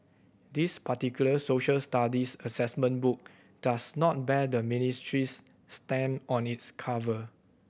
this particular Social Studies assessment book does not bear the ministry's stamp on its cover